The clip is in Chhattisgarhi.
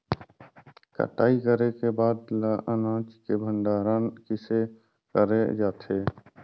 कटाई करे के बाद ल अनाज के भंडारण किसे करे जाथे?